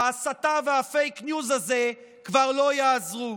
ההסתה והפייק ניוז האלה כבר לא יעזרו.